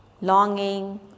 longing